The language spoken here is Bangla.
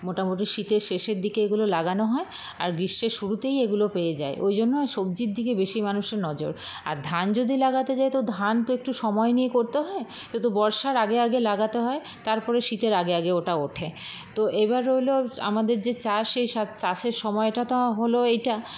মোটামোটি শীতের শেষের দিকে এগুলো লাগানো হয় আর গ্রীষ্মের শুরুতেই এগুলো পেয়ে যায় ওই জন্য সবজির দিকে বেশী মানুষের নজর আর ধান যদি লাগাতে যায় তো ধান তো একটু সময় নিয়ে করতে হয় সে তো বর্ষার আগে আগে লাগাতে হয় তারপর শীতের আগে আগে ওটা ওঠে তো এবার রইলো আমাদের যে চাষ সেই চাষের সময়টা তো হলো এইটা